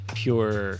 pure